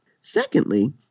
Secondly